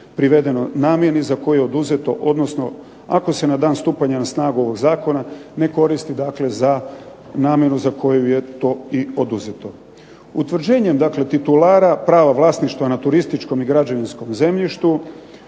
privedeno namjeni za koju je oduzeto, odnosno ako se na dan stupanja na snagu ovog zakona ne koristi dakle za namjenu za koju je to i oduzeto. Utvrđenjem dakle titulara, prava vlasništva na turističkom i građevinskom zemljištu